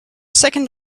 second